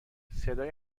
صدای